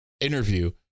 interview